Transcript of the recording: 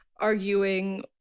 arguing